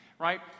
right